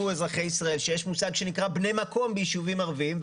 אני רוצה שיכירו אזרחי ישראל שיש מושג שנקרא בני מקום בישובים ערביים,